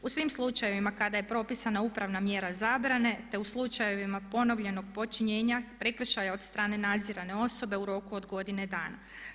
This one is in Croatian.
U svim slučajevima kada je propisana upravna mjera zabrane, te u slučajevima ponovljenog počinjenja prekršaja od strane nadzirane osobe u roku od godine dana.